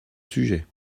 sujet